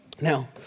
Now